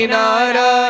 Nara